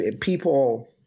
people